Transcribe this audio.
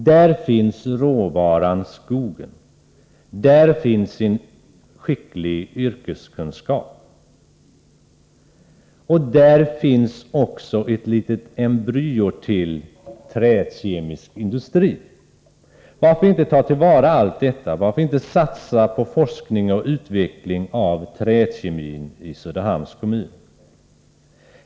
Där finns råvaran skogen, där finns en skicklig yrkeskunskap, och där finns också ett litet embryo till träkemisk industri. Varför inte ta till vara allt detta? Varför inte satsa på forskning och utveckling av träkemin i Söderhamns kommun?